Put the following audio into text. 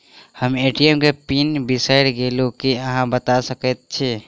हम ए.टी.एम केँ पिन बिसईर गेलू की अहाँ बता सकैत छी?